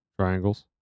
Triangles